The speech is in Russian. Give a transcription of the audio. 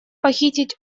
похитить